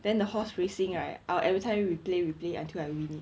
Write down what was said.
then the horse racing right I will every time replay replay until I win it